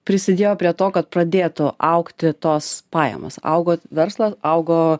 prisidėjo prie to kad pradėtų augti tos pajamos augot verslą augo